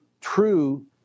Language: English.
true